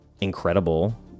incredible